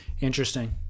Interesting